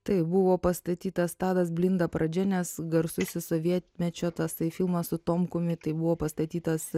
taip buvo pastatytas tadas blinda pradžia nes garsusis sovietmečio tasai filmas su tomkumi tai buvo pastatytas